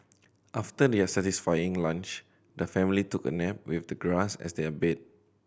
after their satisfying lunch the family took a nap with the grass as their bed